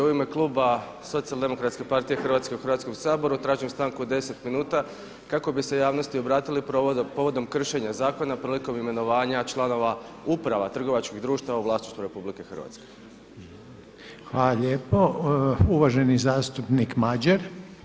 U ime kluba Socijaldemokratske partije Hrvatske u Hrvatskom saboru tražim stanku od 10 minuta kako bi se javnosti obratili povodom kršenja zakona prilikom imenovanja članova uprava trgovačkih društava u vlasništvu Republike Hrvatske.